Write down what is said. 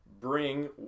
bring